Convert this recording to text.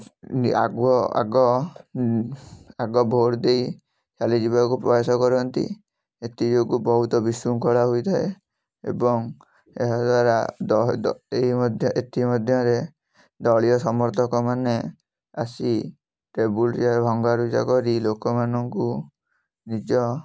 ଓ ଆଗୁଅ ଆଗ ଆଗ ଭୋଟ ଦେଇ ଚାଲିଯିବାକୁ ପ୍ରୟାସ କରନ୍ତି ଏଥି ଯୋଗୁଁ ବହୁତ ବିଶୃଙ୍ଖଳା ହୋଇଥାଏ ଏବଂ ଏହା ଦ୍ଵାରା ଏହିମଧ୍ୟ ଏଥିମଧ୍ୟରେ ଦଳୀୟ ସମର୍ଥକ ମାନେ ଆସି ଟେବୁଲ୍ ଚେୟାର୍ ଭଙ୍ଗାରୁଜା କରି ଲୋକମାନଙ୍କୁ ନିଜ